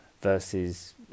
versus